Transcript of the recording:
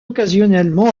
occasionnellement